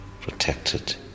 Protected